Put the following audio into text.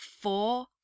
four